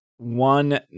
one